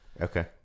Okay